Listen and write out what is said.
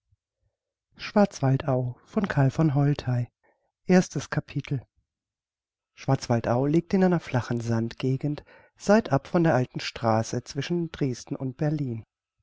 erstes capitel schwarzwaldau liegt in einer flachen sandgegend seitab von der alten straße zwischen dresden und berlin